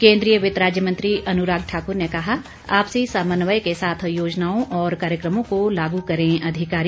केंद्रीय वित्त राज्य मंत्री अनुराग ठाक्र ने कहा आपसी समन्वय के साथ योजनाओं और कार्यक्रमों को लागू करें अधिकारी